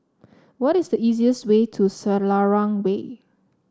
what is the easiest way to Selarang Way